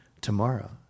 tomorrow